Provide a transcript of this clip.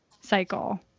cycle